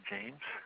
James